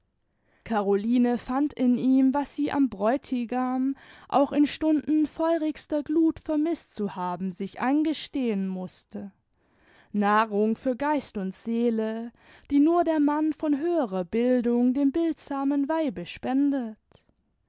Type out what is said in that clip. caroline fand in ihm was sie am bräutigam auch in stunden feurigster gluth vermißt zu haben sich eingestehen mußte nahrung für geist und seele die nur der mann von höherer bildung dem bildsamen weibe spendet